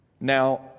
Now